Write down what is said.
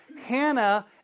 Hannah